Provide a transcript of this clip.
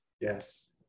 Yes